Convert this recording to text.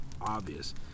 obvious